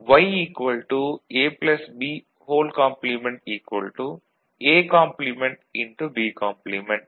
Y ABA